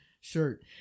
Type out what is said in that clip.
shirt